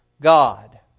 God